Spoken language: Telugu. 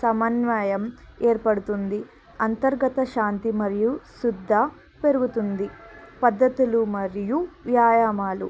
సమన్వయం ఏర్పడుతుంది అంతర్గత శాంతి మరియు శుద్ధి పెరుగుతుంది పద్ధతులు మరియు వ్యాయామాలు